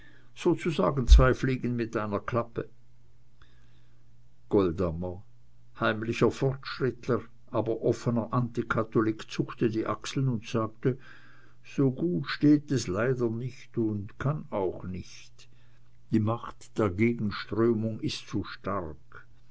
sozusagen zwei fliegen mit einer klappe goldammer heimlicher fortschrittler aber offener antikatholik zuckte die achseln und sagte so gut steht es leider nicht und kann auch nicht die macht der gegenströmung ist zu stark